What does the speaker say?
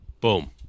Boom